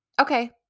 Okay